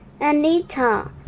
Anita